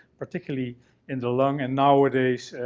particularly in the lung. and nowadays,